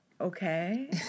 okay